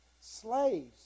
Slaves